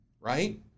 right